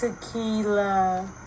Tequila